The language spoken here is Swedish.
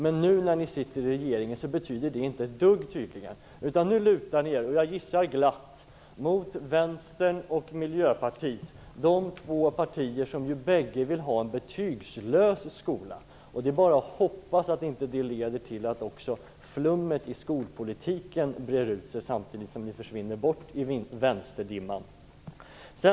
Men nu när ni sitter i regeringen betyder det tydligen inte ett dugg, utan nu lutar ni er - och jag gissar glatt - mot Vänstern och Miljöpartiet, de två partier som bägge vill ha en betygslös skola. Det är bara att hoppas att inte detta också leder till att flummet i skolpolitiken breder ut sig samtidigt som ni försvinner bort i vänsterdimman.